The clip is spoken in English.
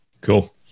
Cool